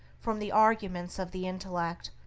from the arguments of the intellect,